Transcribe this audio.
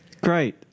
great